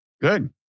Good